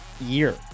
year